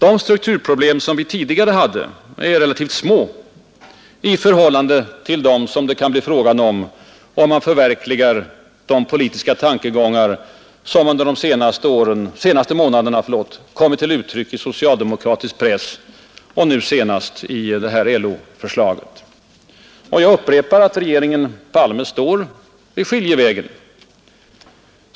De strukturproblem som vi tidigare hade är relativt små i förhållande till dem som det kan bli fråga om vid förverkligande av de politiska tankegångar som under de senaste månaderna kommit till uttryck i socialdemokratisk press och, nu senast, i det här LO-förslaget till regeringen. Och jag upprepar att regeringen Palme står vid skiljevägen.